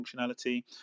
functionality